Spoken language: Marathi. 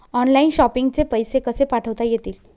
ऑनलाइन शॉपिंग चे पैसे कसे पाठवता येतील?